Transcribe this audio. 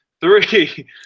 three